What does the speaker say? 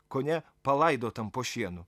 kone palaidotam po šienu